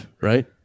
right